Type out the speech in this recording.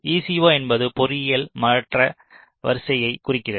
ECO என்பது பொறியியல் மாற்ற வரிசையை குறிக்கிறது